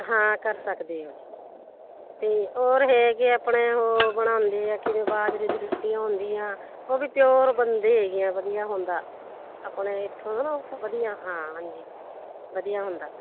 ਹਾਂ ਕਰ ਸਕਦੇ ਉਹ ਜੀ ਅਤੇ ਔਰ ਹੈਗੇ ਆਪਣੇ ਉਹ ਬਣਾਉਂਦੇ ਆ ਕਿਹੜੇ ਬਾਜਰੇ ਦੀ ਰੋਟੀ ਆਉਂਦੀ ਆ ਉਹ ਵੀ ਪਿਓਰ ਬਣਦੀ ਹੈਗੀ ਆ ਵਧੀਆ ਹੁੰਦਾ ਆਪਣੇ ਇੱਥੋਂ ਨਾ ਵਧੀਆ ਹਾਂ ਹਾਂਜੀ ਵਧੀਆ ਹੁੰਦਾ